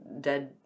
dead